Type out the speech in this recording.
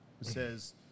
says